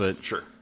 Sure